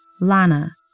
Lana